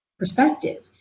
perspective.